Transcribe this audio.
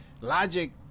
Logic